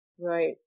Right